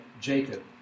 Jacob